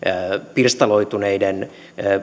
pirstaloituneiden